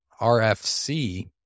RFC